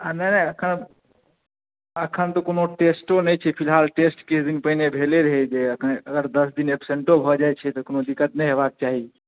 हँ नहि नहि एखन हम एखन तऽ कोनो टेस्टो नहि छै फिलहाल टेस्ट किछु दिन पहिने भेले रहै जे एखन आठ दस दिन एबसेन्टो भऽ जाइ छै तऽ कोनो दिक्कत नहि होयबाक चाही